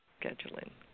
scheduling